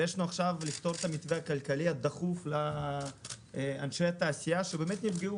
ועכשיו יש לנו לכתוב את המתווה הכלכלי הדחוף לאנשי התעשייה שנפגעו.